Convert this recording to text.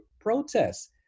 protests